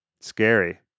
Scary